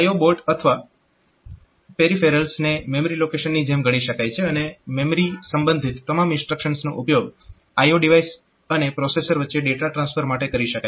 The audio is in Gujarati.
IO પોર્ટ અથવા પેરિફેરલ્સ ને મેમરી લોકેશનની જેમ ગણી શકાય છે અને મેમરી સંબંધિત તમામ ઇન્સ્ટ્રક્શન્સનો ઉપયોગ IO ડિવાઇસ અને પ્રોસેસર વચ્ચે ડેટા ટ્રાન્સફર માટે કરી શકાય છે